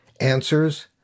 answers